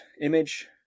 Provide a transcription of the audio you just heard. image